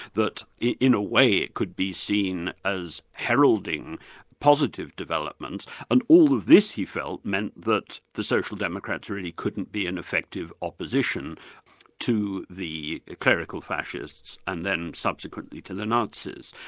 that in a way it could be seen as heralding positive developments and all of this, he felt, meant that the social democrats really couldn't be an effective opposition to the clerical fascists, and then subsequently to the nazis.